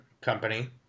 Company